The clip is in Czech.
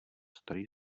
starý